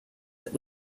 that